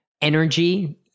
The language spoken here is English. Energy